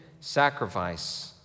sacrifice